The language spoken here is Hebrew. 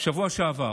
בשבוע שעבר